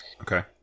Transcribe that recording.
Okay